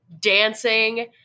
dancing